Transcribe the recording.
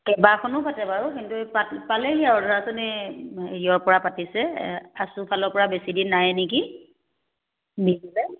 কেইবাখনো পাতে বাৰু কিন্তু পালেহি আৰু ধৰাছোন এই হেৰিয়ৰ পৰা পাতিছে আছুৰ ফালৰ পৰা বেছিদিন নাই নেকি